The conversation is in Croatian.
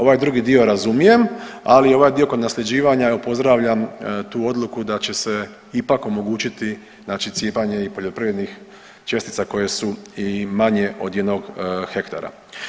Ovaj drugi dio razumijem, ali ovaj dio kod nasljeđivanja evo pozdravljam tu odluku da će se ipak omogućiti znači cijepanje i poljoprivrednih čestica koje su i manje od jednog hektara.